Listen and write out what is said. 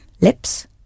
lips